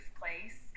place